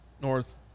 North